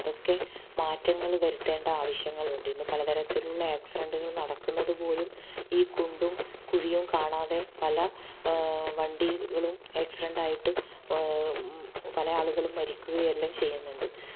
അതൊക്കെ മാറ്റങ്ങൾ വരുത്തേണ്ട ആവശ്യങ്ങളുണ്ട് ഇന്ന് പല തരത്തിലുള്ള ആക്സിഡന്റുകൾ നടക്കുന്നത് പോലും ഈ കുണ്ടും കുഴിയും കാണാതെ പല വണ്ടികളും ആക്സിഡൻ്റ് ആയിട്ട് പല ആളുകളും മരിക്കുകയെല്ലാം ചെയ്യുന്നുണ്ട്